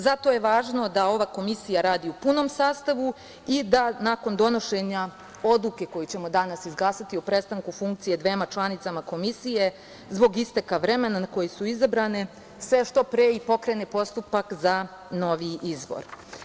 Zato je važno da ova komisija radi u punom sastavu i da nakon donošenja odluke koju ćemo danas izglasati o prestanku funkcije dvema članicama komisije zbog isteka vremena na koje su izabrane, se što pre i pokrene postupak za novi izbor.